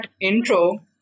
intro